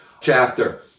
chapter